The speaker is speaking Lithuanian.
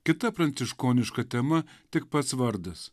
kita pranciškoniška tema tik pats vardas